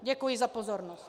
Děkuji za pozornost.